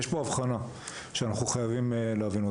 יש פה הבחנה שאנחנו חייבים להבין,